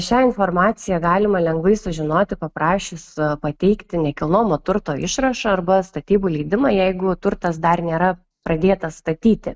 šią informaciją galima lengvai sužinoti paprašius pateikti nekilnojamo turto išrašą arba statybų leidimą jeigu turtas dar nėra pradėtas statyti